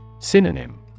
Synonym